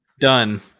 Done